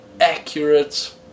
accurate